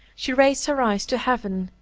she raised her eyes to heaven,